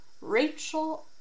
Rachel